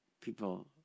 people